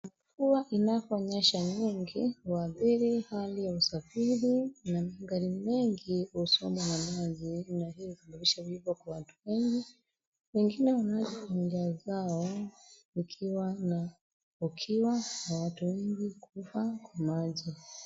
Mvua inaovyoyesha nyingi huadthiri, hali ya usafiri na magari mengi husombwa na maji na hiyo inasababisha vifo kwa watu wengi. Wengine wana acha vitu zao ikiwa na ukiwa na watu wengi kufa kwa maji.